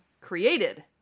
created